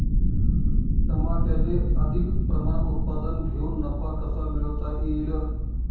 टमाट्याचे अधिक प्रमाणात उत्पादन घेऊन नफा कसा मिळवता येईल?